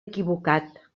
equivocat